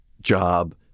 job